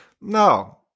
no